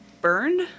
burned